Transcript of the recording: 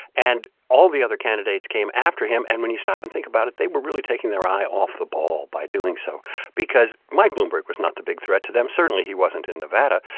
and all the other candidates came after him. and when you stop and think about it, they were really taking their eye off the ball by doing so because mike bloomberg was not the big threat to them certainly he wasn't in nevada.